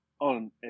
on